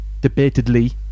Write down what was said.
debatedly